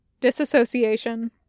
disassociation